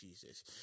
Jesus